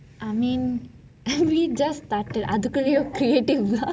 I mean we just started அதற்குள்ளேயா:atharkullaiya